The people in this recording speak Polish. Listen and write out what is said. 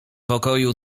pokoju